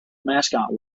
mascot